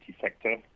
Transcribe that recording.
sector